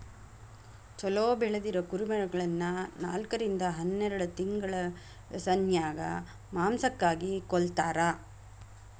ಚೊಲೋ ಬೆಳದಿರೊ ಕುರಿಮರಿಗಳನ್ನ ನಾಲ್ಕರಿಂದ ಹನ್ನೆರಡ್ ತಿಂಗಳ ವ್ಯಸನ್ಯಾಗ ಮಾಂಸಕ್ಕಾಗಿ ಕೊಲ್ಲತಾರ